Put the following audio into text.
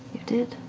you did?